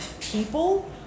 people